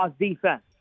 defense